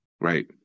Right